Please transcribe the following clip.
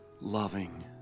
loving